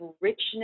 richness